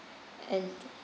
and